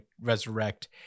resurrect